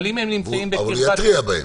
אבל אם הם נמצאים בקרבת --- אבל הוא יתרה בהם.